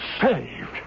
Saved